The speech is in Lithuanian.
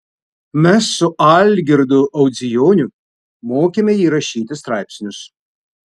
mes su algirdu audzijoniu mokėme jį rašyti straipsnius